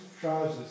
trousers